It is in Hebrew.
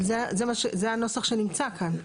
אבל זה הנוסח שנמצא כאן.